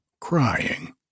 crying